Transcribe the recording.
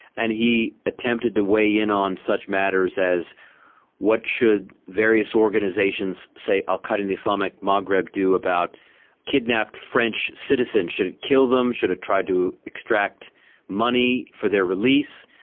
and he attempted to weigh in on such matters as what should various organisations, say al qaeda in the islamic maghreb, do about kidnapped french citizens? should it kill them, should it try to extract money for their release?